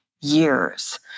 years